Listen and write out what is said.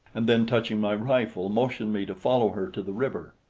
and then touching my rifle, motioned me to follow her to the river.